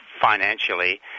financially